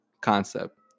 concept